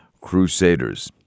Crusaders